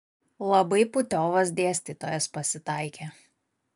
labai putiovas dėstytojas pasitaikė